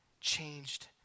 changed